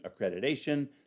accreditation